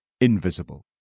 invisible